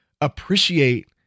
appreciate